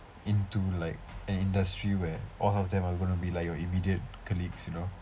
into like an industry where all of them are gonna be like your immediate colleagues you know